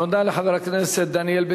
תודה לחבר הכנסת דניאל בן-סימון.